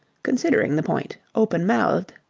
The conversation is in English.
considering the point open-mouthed.